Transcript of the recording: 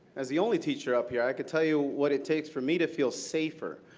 as the only teacher up here, i can tell you what it takes for me to feel safer.